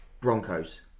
Broncos